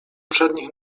przednich